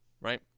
right